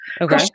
Okay